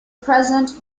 present